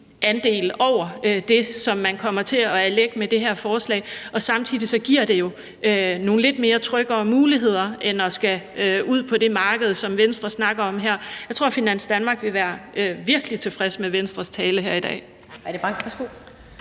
andel over det, som man kommer til at lægge med det her lovforslag. Samtidig giver det jo lidt mere tryghed i forhold til mulighederne, end hvis man skulle ud på det marked, som Venstre snakker om her. Jeg tror, at Finans Danmark ville være virkelig tilfredse med Venstres tale her i dag.